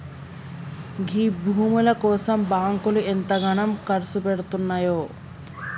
గీ భూముల కోసం బాంకులు ఎంతగనం కర్సుపెడ్తున్నయో